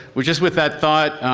with just with that thought,